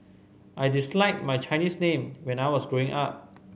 I disliked my Chinese name when I was growing up